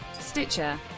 Stitcher